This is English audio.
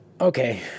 okay